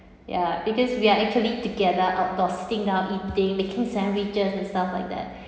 ya because we are actually together outdoor sitting down eating making sandwiches and stuff like that